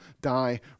die